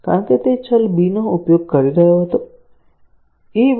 કારણ કે તે ચલ b નો ઉપયોગ કરી રહ્યો હતો a a b